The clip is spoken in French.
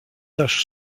tache